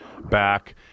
back